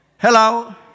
Hello